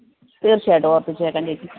തീർച്ചയായിട്ടും ഓർമ്മിപ്പിച്ചേക്കാം ചേച്ചി